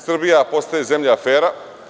Srbija postaje zemlja afera.